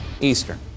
Eastern